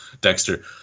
Dexter